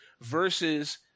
versus